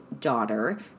daughter